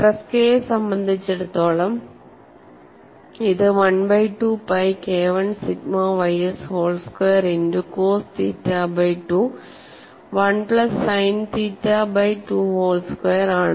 ട്രെസ്കയെ സംബന്ധിച്ചിടത്തോളം ഇത് 1 by 2 pi KI സിഗ്മ ys whole square into cos theta by 2 1 plus sine theta by 2 whole square ആണ്